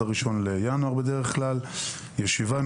בינואר יושבים עם